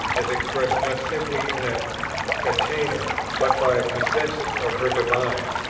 as expressed not simply in a catena, but by a consensus of her divines,